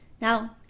Now